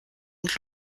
und